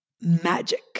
magic